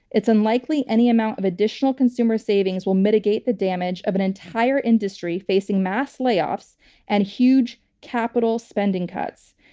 it's unlikely any amount of additional consumer savings will mitigate the damage of an entire industry facing mass layoffs and huge capital spending cuts.